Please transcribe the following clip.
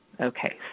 okay